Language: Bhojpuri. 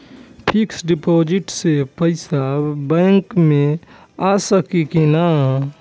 फिक्स डिपाँजिट से पैसा बैक मे आ सकी कि ना?